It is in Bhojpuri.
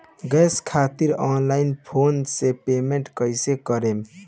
गॅस खातिर ऑनलाइन फोन से पेमेंट कैसे करेम?